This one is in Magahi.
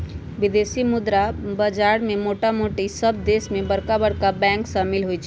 विदेशी मुद्रा बाजार में मोटामोटी सभ देश के बरका बैंक सम्मिल होइ छइ